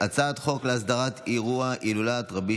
הצעת חוק להסדרת אירוע הילולת רבי